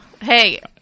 Hey